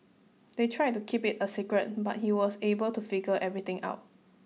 they tried to keep it a secret but he was able to figure everything out